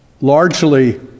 largely